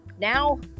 now